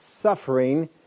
suffering